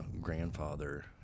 grandfather